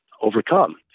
Overcome